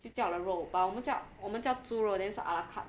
就叫了肉 but 我们叫我们叫猪肉 then 是 ala carte 的